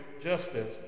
justice